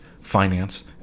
finance